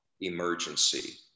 emergency